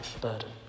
burden